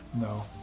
No